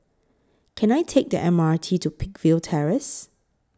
Can I Take The M R T to Peakville Terrace